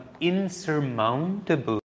insurmountable